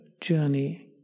journey